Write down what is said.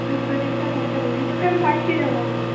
আর প্রোজেক্টটা করতে বলেছে তোকে আমি পাঠিয়ে দেবো ওখানে